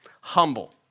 humble